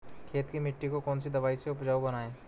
खेत की मिटी को कौन सी दवाई से उपजाऊ बनायें?